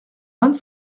vingt